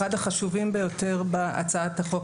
אחד החשובים ביותר בהצעת החוק.